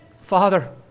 Father